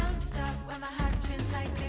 stop when my heart's spins like